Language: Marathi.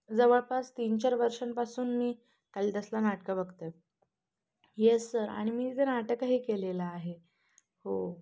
जवळपास तीन चार वर्षांपासून मी कालिदासला नाटकं बघते येस सर आणि मी तथे नाटकही केलेलं आहे हो